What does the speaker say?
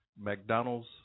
McDonald's